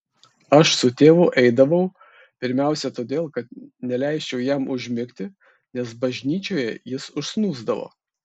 aš su tėvu eidavau pirmiausia todėl kad neleisčiau jam užmigti nes bažnyčioje jis užsnūsdavo